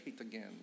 again